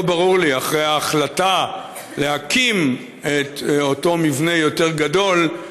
לא ברור לי אחרי ההחלטה להקים את אותו מבנה יותר גדול,